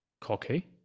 Cocky